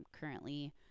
currently